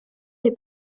des